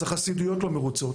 אז החסידויות לא מרוצות.